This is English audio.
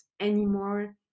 anymore